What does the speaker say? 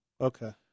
Okay